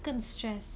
更 stress